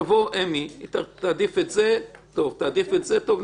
אמי תבוא, תעדיף את זה, טוב, תעדיף את זה, טוב.